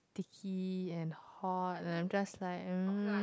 sticky and hot and I'm just like